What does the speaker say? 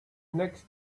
next